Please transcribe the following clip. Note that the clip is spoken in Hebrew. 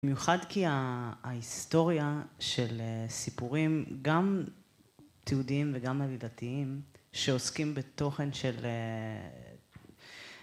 במיוחד כי ההיסטוריה של סיפורים גם תיעודיים וגם עובדתיים שעוסקים בתוכן של